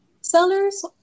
sellers